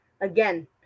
again